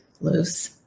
loose